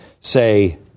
say